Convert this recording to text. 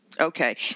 Okay